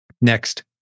Next